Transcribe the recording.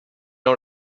own